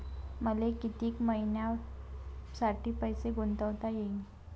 मले कितीक मईन्यासाठी पैसे गुंतवता येईन?